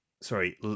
Sorry